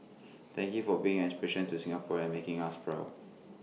thank you for being inspiration to Singaporeans and making us proud